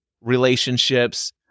relationships